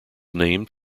named